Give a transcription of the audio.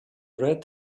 red